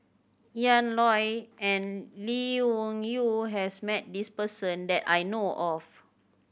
Ian Loy and Lee Wung Yew has met this person that I know of